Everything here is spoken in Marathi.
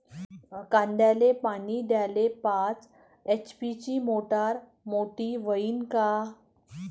कांद्याले पानी द्याले पाच एच.पी ची मोटार मोटी व्हईन का?